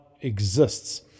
exists